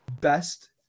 Best